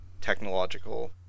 technological